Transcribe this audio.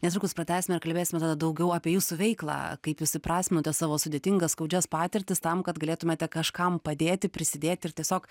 netrukus pratęsime ir kalbėsime tada daugiau apie jūsų veiklą kaip jūs įprasminote savo sudėtingas skaudžias patirtis tam kad galėtumėte kažkam padėti prisidėti ir tiesiog